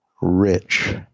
rich